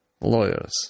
lawyers